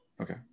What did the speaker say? Okay